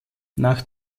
nach